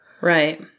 Right